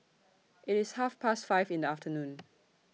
IT IS Half Past five in The afternoon